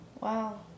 Wow